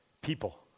people